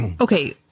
okay